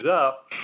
up